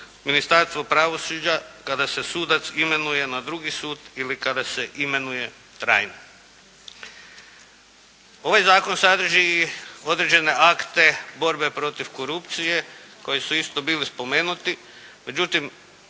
Ministarstvo pravosuđa kada se sudac imenuje na drugi sud ili kada se imenuje trajno. Ovaj zakon sadrži i određene akte borbe protiv korupcije koji su isto bili spomenuti. Međutim,